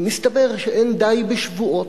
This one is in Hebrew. ומסתבר שאין די בשבועות.